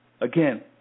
again